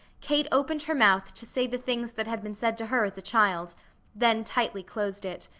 kate opened her mouth to say the things that had been said to her as a child then tightly closed it.